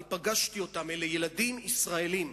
אני פגשתי אותם, אלה ילדים ישראלים.